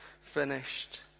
finished